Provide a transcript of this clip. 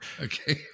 Okay